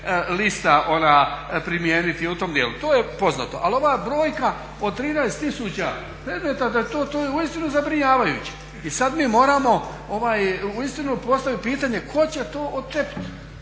lista ona primijeniti u tom dijelu. To je poznato. Ali ova brojka od 13 tisuća to je uistinu zabrinjavajuće. I sad mi moramo uistinu postaviti pitanje tko će to odčepiti?